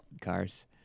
cars